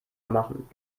machen